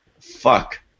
Fuck